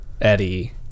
Eddie